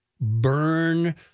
burn